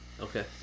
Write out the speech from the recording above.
okay